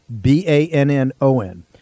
B-A-N-N-O-N